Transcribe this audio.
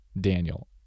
Daniel